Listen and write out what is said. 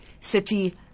city